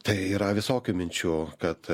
tai yra visokių minčių kad